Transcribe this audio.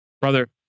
Brother